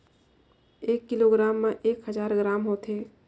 एक किलोग्राम म एक हजार ग्राम होथे